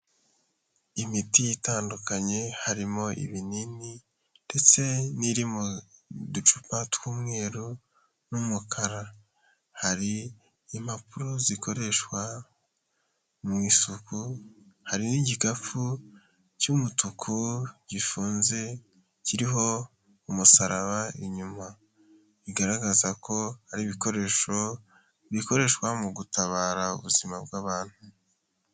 Imiti itandukanye harimo ibinini ndetse n'iri m'uducupa tw'umweru n'umukara, hari impapuro zikoreshwa mu isuku, hari n'igikapu cy'umutuku gifunze kiriho umusaraba inyuma, bigaragaza ko hari ibikoresho bikoreshwa mu gutabara ubuzima bw'abantu.